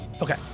Okay